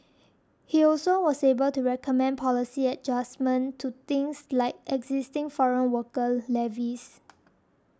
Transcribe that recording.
he also was able to recommend policy adjustments to things like the existing foreign worker levies